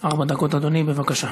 ארבע דקות, אדוני, בבקשה.